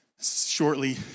shortly